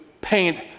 paint